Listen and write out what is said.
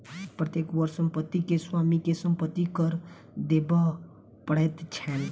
प्रत्येक वर्ष संपत्ति के स्वामी के संपत्ति कर देबअ पड़ैत छैन